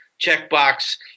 Checkbox